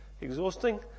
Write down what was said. exhausting